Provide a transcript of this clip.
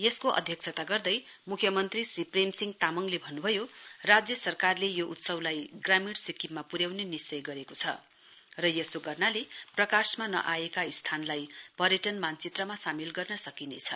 यसको अध्यक्षता गर्दै मुख्यमन्त्री श्री प्रेम सिंह तामाङले भन्न् भयो राज्य सरकारले यो उत्सवलाई ग्रामीण सिक्किममा पुन्याउने निश्चय गरेको छ र यसो गर्नाले प्रकाशमा नआएको स्थानलाई पर्यटन मानचित्रमा सामेल गर्न सकिनेछ